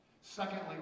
secondly